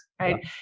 right